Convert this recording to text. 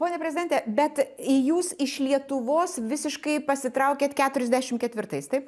pone prezidente bet jūs iš lietuvos visiškai pasitraukėt keturiasdešimt ketvirtais taip